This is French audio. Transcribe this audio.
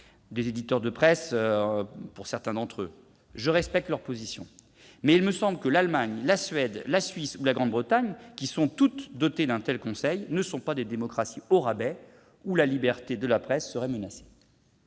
éditeurs de presse. Je respecte leur position. Mais il me semble que l'Allemagne, la Suède, la Suisse ou la Grande-Bretagne, qui sont toutes dotées d'un tel conseil, ne sont pas des démocraties au rabais où la liberté de la presse serait menacée.